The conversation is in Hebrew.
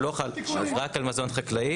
הוא לא חל רק על מזון חקלאי.